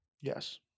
Yes